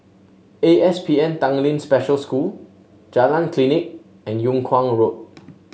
A S P N Tanglin Special School Jalan Klinik and Yung Kuang Road